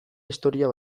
historia